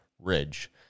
ridge